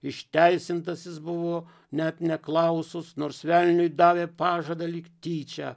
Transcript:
išteisintasis buvo net neklausus nors velniui davė pažadą lyg tyčia